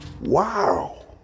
Wow